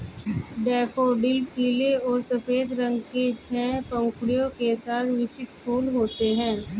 daffodil पीले और सफ़ेद रंग के छह पंखुड़ियों के साथ विशिष्ट फूल होते हैं